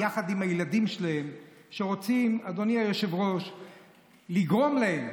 יחד עם הילדים שלהן, שרוצים לגרום להן,